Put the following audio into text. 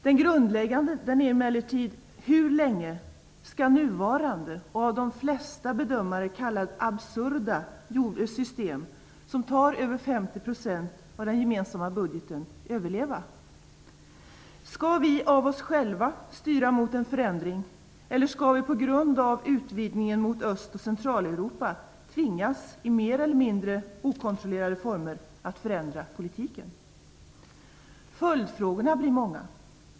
Den grundläggande är emellertid: Hur länge skall nuvarande, av de flesta bedömare kallade, absurda system, som tar över 50 % av den gemensamma budgeten, överleva? Skall vi av oss själva styra mot en förändring eller skall vi på grund av utvidgningen mot Öst och Centraleuropa tvingas i mer eller mindre okontrollerade former att förändra politiken? Följdfrågorna blir många.